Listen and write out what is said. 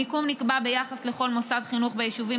המיקום נקבע ביחס לכל מוסד חינוך ביישובים